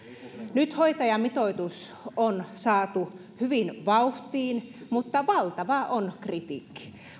nyt hoitajamitoitus on saatu hyvin vauhtiin mutta valtavaa on kritiikki